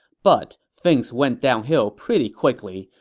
but things went downhill pretty quickly,